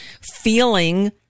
feeling